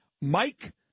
Mike